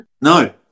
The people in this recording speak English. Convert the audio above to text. No